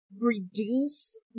reduce